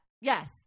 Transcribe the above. Yes